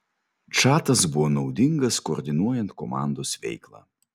čatas buvo naudingas koordinuojant komandos veiklą